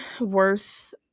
worth